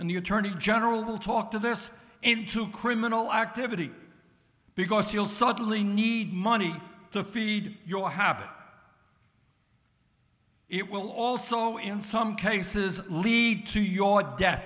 the attorney general will talk to this into criminal activity because you'll suddenly need money to feed your habit it will also in some cases lead to your death